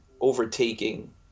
overtaking